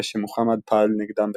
ושמוחמד פעל נגדם בכוח.